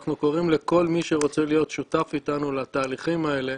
אנחנו קוראים לכל מי שרוצה להיות שותף איתנו לתהליכים האלה